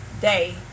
day